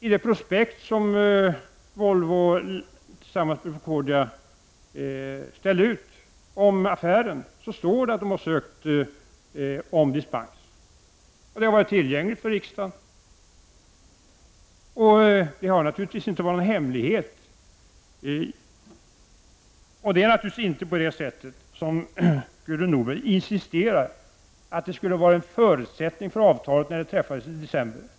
I det prospekt som Volvo har tillsammans med Procordia om affären står det att man har sökt om dispens. Det har varit tillgängligt för riksdagen och har naturligtvis inte varit någon hemlighet. Det är naturligtvis inte så som Gudrun Norberg insinuerar, nämligen att det skulle ha varit en förutsättning för avtalet när det träffades i december.